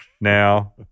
Now